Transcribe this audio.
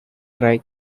tri